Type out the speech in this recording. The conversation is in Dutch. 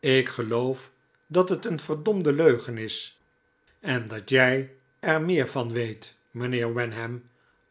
ik geloof dat het een verdomde leugen is en dat jij er meer van weet meneer wenham